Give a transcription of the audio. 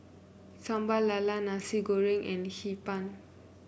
Sambal Lala Nasi Goreng and Hee Pan